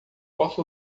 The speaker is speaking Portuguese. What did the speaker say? posso